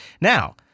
Now